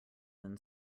than